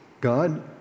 God